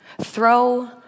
Throw